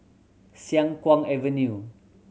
Siang Kuang Avenue